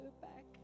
back